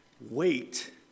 Wait